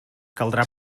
caldrà